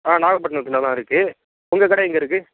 ஆ நாகப்பட்டிணத்தில் தான் இருக்குது உங்கள் கடை எங்கே இருக்குது